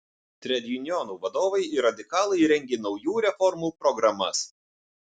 tredjunionų vadovai ir radikalai rengė naujų reformų programas